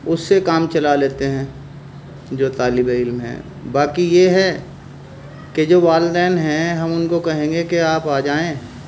اس سے کام چلا لیتے ہیں جو طالب علم ہیں باقی یہ ہے کہ جو والدین ہیں ہم ان کو کہیں گے کہ آپ آ جائیں